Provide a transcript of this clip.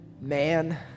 man